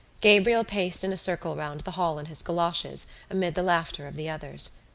gabriel paced in a circle round the hall in his goloshes amid the laughter of the others.